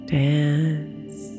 dance